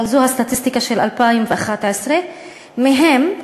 אבל זו הסטטיסטיקה של 2011. מהן,